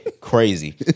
crazy